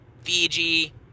Fiji